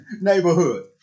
Neighborhood